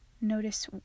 notice